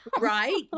right